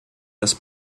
das